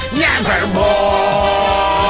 nevermore